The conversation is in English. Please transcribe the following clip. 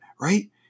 right